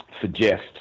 suggest